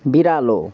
बिरालो